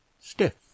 stiff